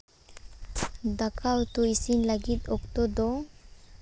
ᱫᱟᱠᱟ ᱩᱛᱩ ᱤᱥᱤᱱ ᱞᱟᱹᱜᱤᱫ ᱚᱠᱛᱚ ᱫᱚ